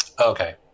Okay